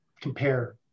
compare